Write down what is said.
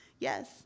Yes